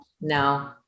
No